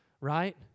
right